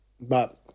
But-